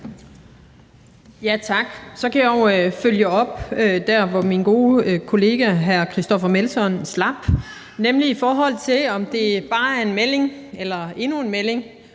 Tak. Så kan jeg jo følge op der, hvor min gode kollega hr. Christoffer Aagaard Melson slap, nemlig i forhold til om det bare er endnu en melding